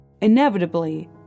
inevitably